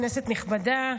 כנסת נכבדה,